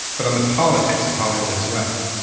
but on the politics of hollywood as well.